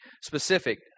specific